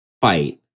fight